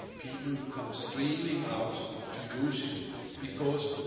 people come streaming out to use it because